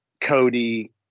Cody